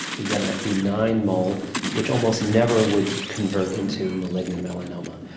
you get a benign mole which almost never would convert into malignant melanoma.